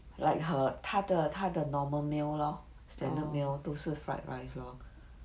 like her 他的他的 normal meal lor standard meal 都是 fried rice lor